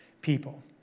people